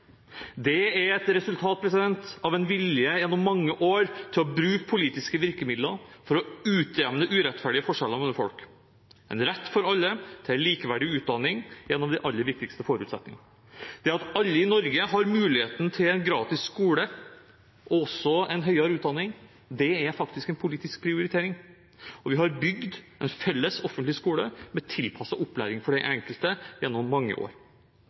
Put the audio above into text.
Det er et resultat av en vilje gjennom mange år til å bruke politiske virkemidler for å utjevne urettferdige forskjeller mellom folk. En rett for alle til en likeverdig utdanning er en av de aller viktigste forutsetningene. Det at alle i Norge har muligheten til en gratis skole, og også en høyere utdanning, er faktisk en politisk prioritering. Vi har bygd en felles, offentlig skole, med tilpasset opplæring for den enkelte, gjennom mange år.